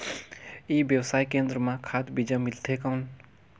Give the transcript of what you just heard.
ई व्यवसाय केंद्र मां खाद बीजा मिलथे कौन?